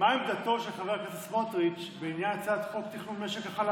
מה עמדתו של חבר הכנסת סמוטריץ' בעניין הצעת חוק תכנון משק החלב?